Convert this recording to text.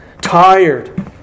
Tired